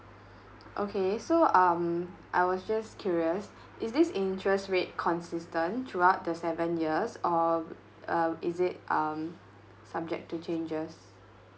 okay so um I was just curious is this interest rate consistent throughout the seven years or uh is it um subject to changes